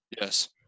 Yes